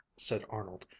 said arnold,